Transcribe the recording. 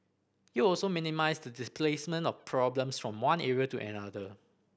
it will also minimise the displacement of problems from one area to another